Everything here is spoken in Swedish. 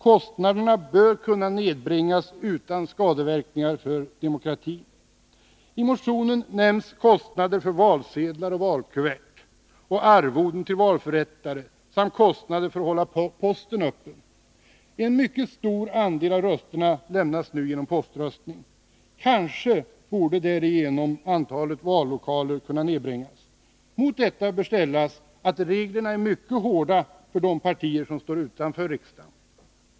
Kostnaderna bör kunna nedbringas utan skadeverkningar för demokratin. I motionen nämns kostnader för valsedlar och valkuvert och för arvoden till valförrättare samt kostnader för att hålla posten öppen. En mycket stor del av rösterna avlämnas nu på posten. Kanske borde därigenom antalet vallokaler kunna nedbringas. Mot detta bör ställas att reglerna är mycket hårda för de partier som står utanför riksdagen.